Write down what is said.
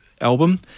album